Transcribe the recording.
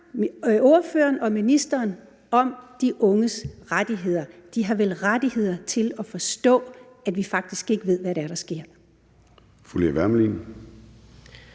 ordføreren og ministeren om de unges rettigheder. De har vel rettigheder til at forstå, at vi faktisk ikke ved, hvad det er, der sker? Kl.